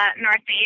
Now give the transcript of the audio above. Northeast